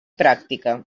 pràctica